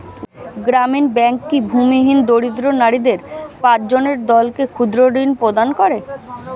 গ্রামীণ ব্যাংক কি ভূমিহীন দরিদ্র নারীদের পাঁচজনের দলকে ক্ষুদ্রঋণ প্রদান করে?